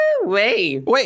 Wait